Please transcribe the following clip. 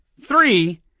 Three